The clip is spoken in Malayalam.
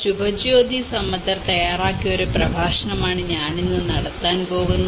ശുഭജ്യോതി സമദ്ദർ തയ്യാറാക്കിയ ഒരു പ്രഭാഷണമാണ് ഇന്ന് ഞാൻ നടത്താൻ പോകുന്നത്